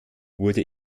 wurde